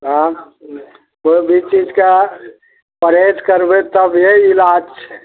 आँय कोइ भी चीजकेँ परहेज करबै तभिए इलाज छै